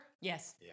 Yes